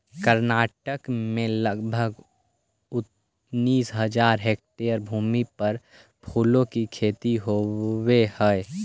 कर्नाटक में लगभग उनीस हज़ार हेक्टेयर भूमि पर फूलों की खेती होवे हई